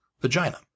vagina